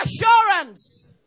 assurance